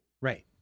Right